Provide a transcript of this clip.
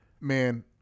man